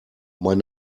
mein